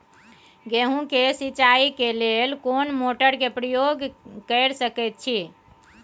गेहूं के सिंचाई करे लेल कोन मोटर के प्रयोग कैर सकेत छी?